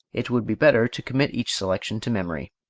it would be better to commit each selection to memory.